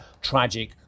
tragic